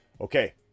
Okay